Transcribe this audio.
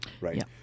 right